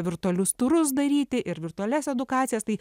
virtualius turus daryti ir virtualias edukacijas tai